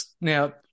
now